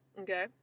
okay